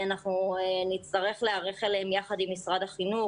אנחנו נצטרך להיערך אליהם יחד עם משרד החינוך,